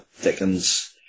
Dickens